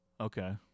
Okay